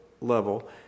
level